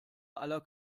aller